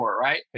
right